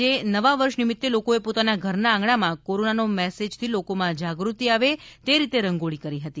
આજે નવા વર્ષ નિમિત્તે લોકોએ પોતાના ઘરના આંગણામાં કોરોનાનો મેસેજથી લોકોમાં જાગૃતિ આવે તે રીતે રંગોળી કરી હતી